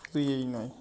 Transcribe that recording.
শুধু এই নয়